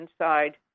inside